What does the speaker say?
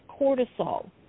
Cortisol